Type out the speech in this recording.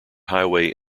highway